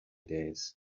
days